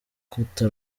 rukuta